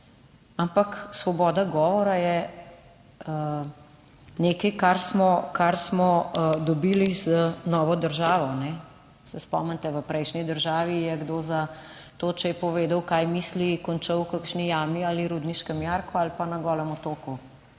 Ampak svoboda govora je nekaj, kar smo, kar smo dobili z novo državo. Se spomnite v prejšnji državi, je kdo za to, če je povedal kaj misli, končal v kakšni jami ali rudniškem jarku ali pa na Golem otoku.